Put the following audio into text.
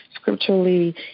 scripturally